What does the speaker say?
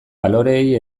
baloreei